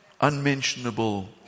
unmentionable